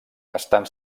estan